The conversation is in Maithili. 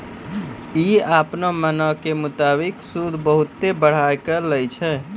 इ अपनो मनो के मुताबिक सूद बहुते बढ़ाय के लै छै